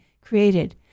created